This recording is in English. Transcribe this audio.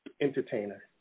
entertainer